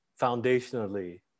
foundationally